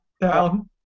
down